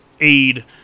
aid